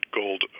gold